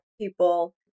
people